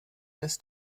des